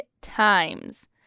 times